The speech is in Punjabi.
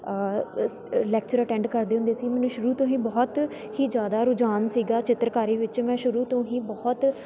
ਲੈਕਚਰ ਅਟੈਂਡ ਕਰਦੇ ਹੁੰਦੇ ਸੀ ਮੈਨੂੰ ਸ਼ੁਰੂ ਤੋਂ ਹੀ ਬਹੁਤ ਹੀ ਜ਼ਿਆਦਾ ਰੁਝਾਨ ਸੀਗਾ ਚਿੱਤਰਕਾਰੀ ਵਿੱਚ ਮੈਂ ਸ਼ੁਰੂ ਤੋਂ ਹੀ ਬਹੁਤ